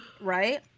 right